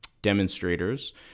Demonstrators